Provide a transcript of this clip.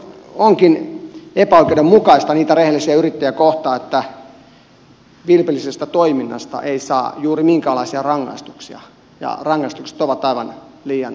onkin epäoikeudenmukaista rehellisiä yrittäjiä kohtaan että vilpillisestä toiminnasta ei saa juuri minkäänlaisia rangaistuksia ja rangaistukset ovat aivan liian lieviä siellä päässä